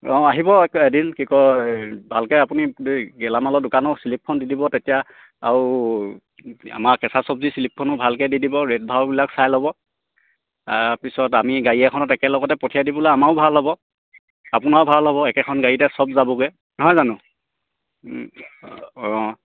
অঁ আহিব এদিন কি কয় ভালকৈ আপুনি এই গেলামালৰ দোকানৰ দি দিব তেতিয়া আৰু আমাৰ কেঁচা চব্জি শ্লিপখনো ভালকৈ দি দিব ৰেট ভওবিলাক চাই ল'ব তাৰ পিছত আমি গাড়ী এখনত একেলগতে পঠিয়াই দিবলৈ আমাৰো ভাল হ'ব আপোনাৰও ভাল হ'ব একেখন গাড়ীতে চব যাবগৈ নহয় জানো অঁ